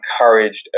encouraged